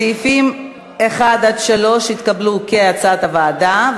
סעיפים 1 3 התקבלו כהצעת הוועדה.